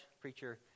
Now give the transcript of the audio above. preacher